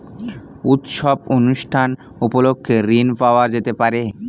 উৎসব অনুষ্ঠান উপলক্ষে ঋণ পাওয়া যেতে পারে?